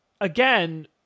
again